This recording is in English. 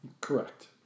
Correct